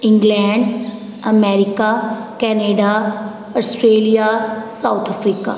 England America Canada Australia South Africa